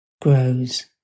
grows